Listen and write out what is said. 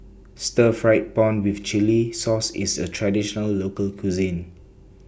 Stir Fried Prawn with Chili Sauce IS A Traditional Local Cuisine